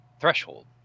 threshold